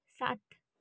सात